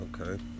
Okay